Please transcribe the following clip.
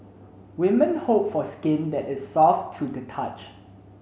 women hope for skin that is soft to the touch